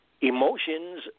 Emotions